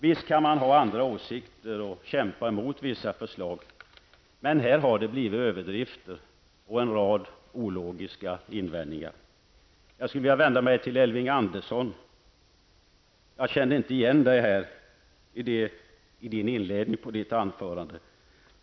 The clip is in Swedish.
Visst kan man ha andra åsikter och kämpa mot vissa förslag, men här har det blivit överdrifter och en rad ologiska invändningar. Jag skulle vilja vända mig till Elving Andersson. Jag kände inte igen honom i hans inledningsanförande.